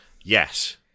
Yes